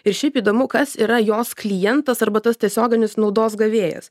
ir šiaip įdomu kas yra jos klientas arba tas tiesioginis naudos gavėjas